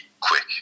quick